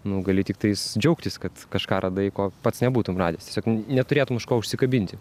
nu gali tiktais džiaugtis kad kažką radai ko pats nebūtum radęs tiesiog neturėtum už ko užsikabinti